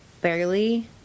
Barely